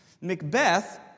...Macbeth